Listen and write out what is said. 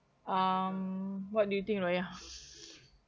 um what do you think raya